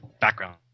Background